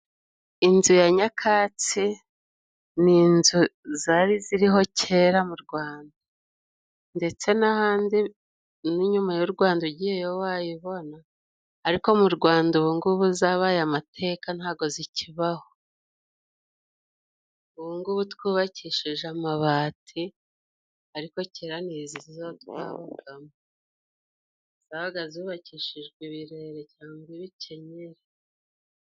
Inzu ya nyakatsi ni inzu zari ziriho kera mu Rwanda ndetse n'ahandi n'inyuma y'u Rwanda ugiyeyo wayibona, ariko mu Rwanda ubu ng'ubu zabaye amateka, ntabwo zikibaho. Ubu ng'ubu twubakishije amabati ariko kera ni izi nzu twabagamo, zabaga zubakishijwe ibirere cyangwa ibikenyeri.